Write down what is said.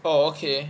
oh okay